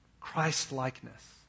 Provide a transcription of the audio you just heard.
Christ-likeness